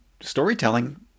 storytelling